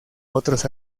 otros